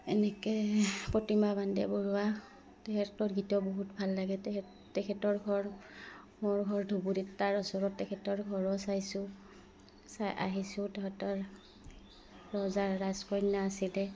এনেকৈ প্ৰতিমা পাণ্ডে বৰুৱা তেখেতৰ গীতো বহুত ভাল লাগে তেখেত তেখেতৰ ঘৰ মোৰ ঘৰ ধুবুৰত তাৰ ওচৰত তেখেতৰ ঘৰো চাইছোঁ চাই আহিছোঁ তেখেতৰ ৰজা ৰাজকন্যা আছিলে